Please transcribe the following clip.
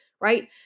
right